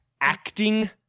acting